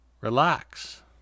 Relax